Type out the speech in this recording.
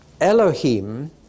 Elohim